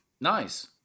Nice